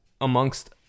amongst